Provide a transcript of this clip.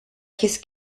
his